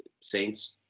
Saints